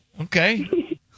Okay